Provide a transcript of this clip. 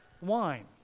wine